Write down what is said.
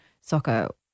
soccer